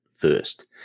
first